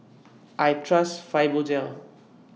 I Trust Fibogel